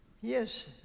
Yes